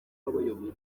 w’abayobozi